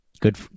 Good